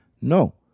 No